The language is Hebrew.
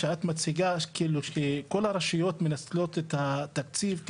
שאת מציגה שכל הרשויות מנצלות את התקציב כי